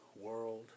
World